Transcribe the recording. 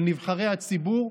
של נבחרי הציבור,